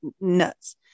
nuts